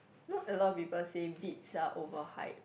you know a lot of people say beats are over hyped